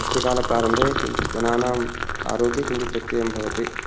वृष्टिकालप्रारम्भे किञ्चिद् जनानाम् आरोग्ये किञ्चित् व्यत्ययः भवति